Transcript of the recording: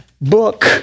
book